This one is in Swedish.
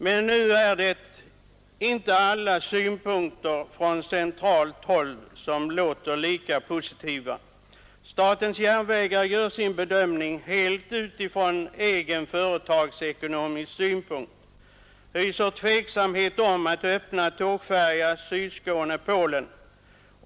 Men alla synpunkter från centralt håll är inte lika positiva. Statens järnvägar, som gör sin bedömning helt utifrån egen företagsekonomisk synpunkt, hyser tveksamhet om att öppna tågfärjeled Sydskåne—-Polen.